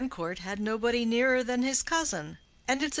grandcourt had nobody nearer than his cousin.